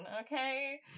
Okay